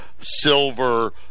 Silver